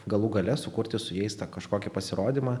galų gale sukurti su jais kažkokį pasirodymą